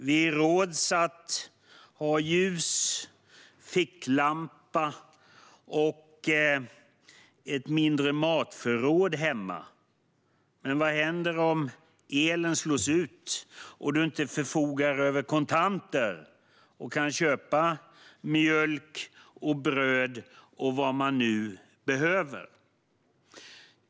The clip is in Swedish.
Vi råds att ha ljus, ficklampa och ett mindre matförråd hemma. Men vad händer om elen slås ut och du inte förfogar över kontanter för att kunna köpa mjölk, bröd och vad man nu behöver?